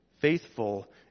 Faithful